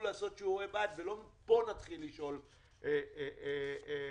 לעשות שיעורי בית ולא פה נתחיל לשאול את השאלות.